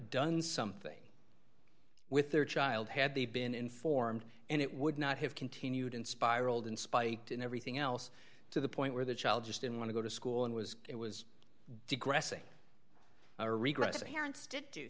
done something with their child had they been informed and it would not have continued and spiraled in spite of everything else to the point where the child just didn't want to go to school and was it was degrassi a regress of parents did